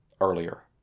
earlier